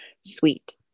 sweet